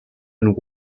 and